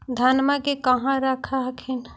धनमा के कहा रख हखिन?